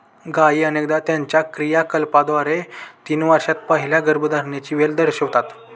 गायी अनेकदा त्यांच्या क्रियाकलापांद्वारे तीन वर्षांत पहिल्या गर्भधारणेची वेळ दर्शवितात